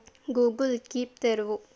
Google Keep తెరువు